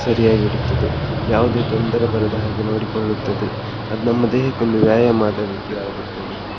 ಸರಿಯಾಗಿಡುತ್ತದೆ ಯಾವುದೇ ತೊಂದರೆ ಬರದ ಹಾಗೆ ನೋಡಿಕೊಳ್ಳುತ್ತದೆ ಅದು ನಮ್ಮ ದೇಹಕ್ಕೊಂದು ವ್ಯಾಯಾಮ ಆದ ರೀತಿ ಆಗುತ್ತದೆ